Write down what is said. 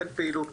כן פעילות,